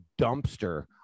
dumpster